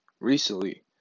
recently